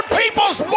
people's